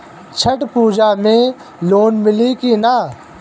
छठ पूजा मे लोन मिली की ना?